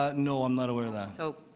you know i'm not aware of that. so